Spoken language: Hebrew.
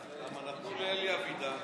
זה כל מה שאנחנו מבקשים, שקיפות לפני חסימה.